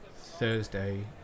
Thursday